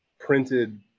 Printed